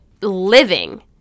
living